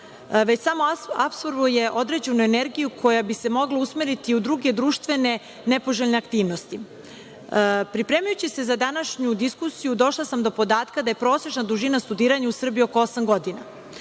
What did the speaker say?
već samo apsorbuje određenu energiju koja bi se mogla usmeriti u druge društvene nepoželjne aktivnosti. Pripremajući se za današnju diskusiju, došla sam do podatka da je prosečna dužina studiranja u Srbiji oko osam godina.